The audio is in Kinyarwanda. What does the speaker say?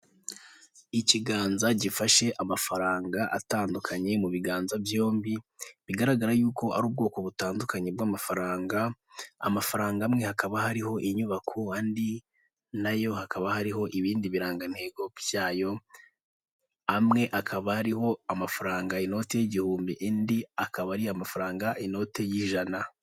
Ikiganza gifashe amafaranga atandukanye mu biganza byombi bigaragara yuko ari ubwoko butandukanye bw'amafaranga amafaranga amwe hakaba hariho inyubako andi nayo hakaba hariho ibindi birangagantego byayo amwe akaba ariho amafaranga inoti y'igihumbi indi akaba ari amafaranga inote y'ijana.